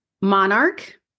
monarch